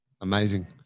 Amazing